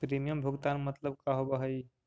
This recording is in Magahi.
प्रीमियम भुगतान मतलब का होव हइ?